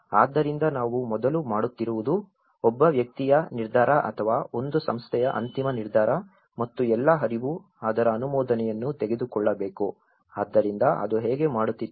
ಆದ್ದರಿಂದ ನಾವು ಮೊದಲು ಮಾಡುತ್ತಿರುವುದು ಒಬ್ಬ ವ್ಯಕ್ತಿಯ ನಿರ್ಧಾರ ಅಥವಾ ಒಂದು ಸಂಸ್ಥೆಯ ಅಂತಿಮ ನಿರ್ಧಾರ ಮತ್ತು ಎಲ್ಲಾ ಹರಿವು ಅದರ ಅನುಮೋದನೆಯನ್ನು ತೆಗೆದುಕೊಳ್ಳಬೇಕು ಆದ್ದರಿಂದ ಅದು ಹೇಗೆ ಮಾಡುತ್ತಿತ್ತು